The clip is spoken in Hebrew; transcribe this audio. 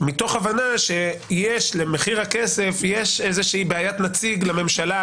מתוך הבנה שלמחיר הכסף יש איזושהי בעיית נציג לממשלה,